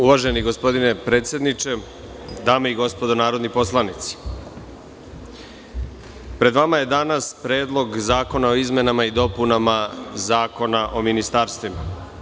Uvaženi gospodine predsedniče, dame i gospodo narodni poslanici, pred vama je danas Predlog zakona o izmenama i dopunama Zakona o ministarstvima.